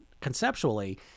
conceptually